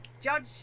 judge